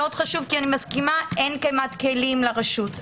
כי אני מסכימה אין כמעט כלים לרשות.